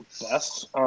best